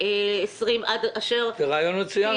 עד אשר תהיה --- זה רעיון מצוין,